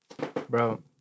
Bro